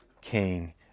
king